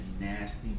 nasty